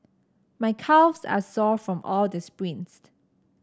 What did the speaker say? my calves are sore from all the sprints